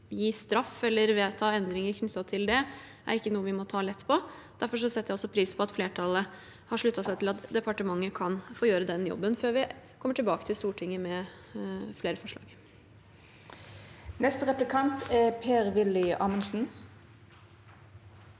gi straff eller vedta endringer knyttet til det er noe vi ikke må ta lett på. Derfor setter jeg også pris på at flertallet har sluttet seg til at departementet kan få gjøre den jobben før vi kommer tilbake til Stortinget med flere forslag. Per-Willy Amundsen